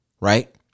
right